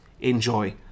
enjoy